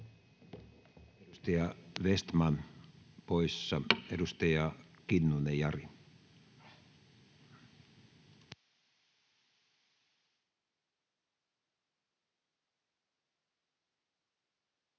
Edustaja Vestman poissa. — Edustaja Kinnunen, Jari.